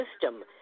system